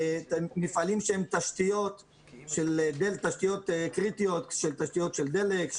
מפעלים שהם תשתיות קריטיות של דלק,